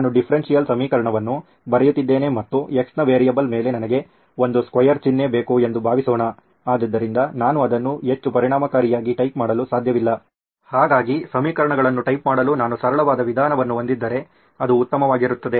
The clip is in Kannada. ನಾನು ಡಿಫರೆನ್ಷಿಯಲ್ ಸಮೀಕರಣವನ್ನು ಬರೆಯುತ್ತಿದ್ದೇನೆ ಮತ್ತು x ನ ವೇರಿಯೇಬಲ್ ಮೇಲೆ ನನಗೆ ಒಂದು ಸ್ಕ್ವೇರ್ ಚಿಹ್ನೆ ಬೇಕು ಎಂದು ಭಾವಿಸೋಣ ಆದ್ದರಿಂದ ನಾನು ಅದನ್ನು ಹೆಚ್ಚು ಪರಿಣಾಮಕಾರಿಯಾಗಿ ಟೈಪ್ ಮಾಡಲು ಸಾಧ್ಯವಿಲ್ಲ ಹಾಗಾಗಿ ಸಮೀಕರಣಗಳನ್ನು ಟೈಪ್ ಮಾಡಲು ನಾನು ಸರಳವಾದ ವಿಧಾನವನ್ನು ಹೊಂದಿದ್ದರೆ ಅದು ಉತ್ತಮವಾಗಿರುತ್ತದೆ